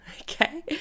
okay